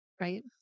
Right